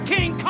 King